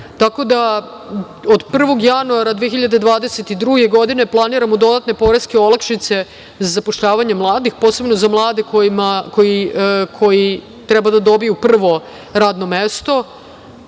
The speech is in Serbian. da, od 1. januara 2022. godine planirao dodatne poreske olakšice za zapošljavanje mladih, posebno za mlade koji treba da dobiju prvo radno mesto.